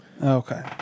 Okay